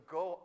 go